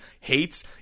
hates